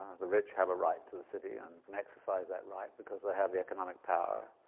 the rich have a right to the city and can exercise that right because they have the economic power.